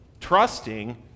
trusting